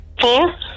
four